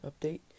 update